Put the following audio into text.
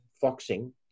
foxing